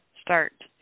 start